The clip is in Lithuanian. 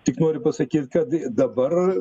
tik noriu pasakyt kad dabar